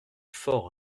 fort